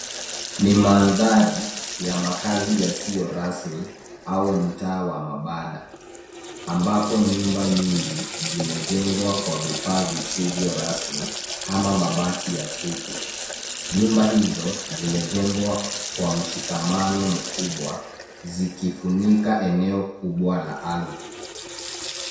Ni mandhari ya makazi yasiyo rasmi au mtaa wa mabanda ambapo nyumba nyingi zimejengwa kwa vifaa visivyo rasmi kama mabati ya kutu. Nyumba hizo zimejengwa kwa mshikamano mkubwa zikifunika eneo kubwa la ardhi.